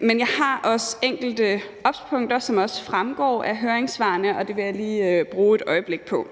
Men jeg har også enkelte obs-punkter, som også fremgår af høringssvarene, og det vil jeg lige bruge et øjeblik på.